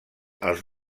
els